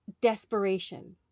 desperation